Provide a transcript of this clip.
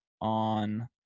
on